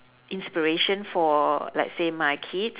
inspiration for let's say my kids